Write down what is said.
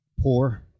Poor